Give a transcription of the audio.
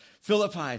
Philippi